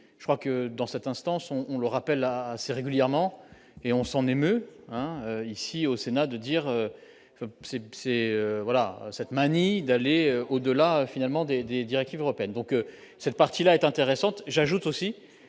je crois que dans cette instance sont, on le rappelle à ses régulièrement et on s'en émeut, hein, ici au Sénat, de dire c'est c'est voilà cette manie d'aller au-delà, finalement des des directives européennes, donc cette partie-là est intéressante j'ajoute aussi